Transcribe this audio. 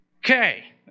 Okay